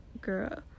girl